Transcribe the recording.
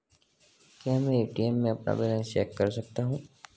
क्या मैं ए.टी.एम में अपना बैलेंस चेक कर सकता हूँ?